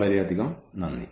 വളരെയധികം നന്ദി